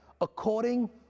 according